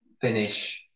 finish